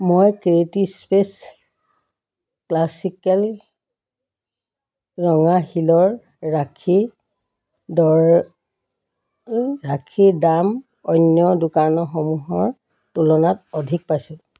মই creative space classical ৰঙা শিলৰ ৰাখীৰ দৰ ৰাখীৰ দাম অন্য দোকানসমূহৰ তুলনাত অধিক পাইছোঁ